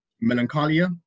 Melancholia